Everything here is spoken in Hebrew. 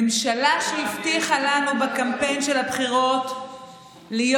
ממשלה שהבטיחה לנו בקמפיין הבחירות להיות